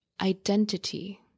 identity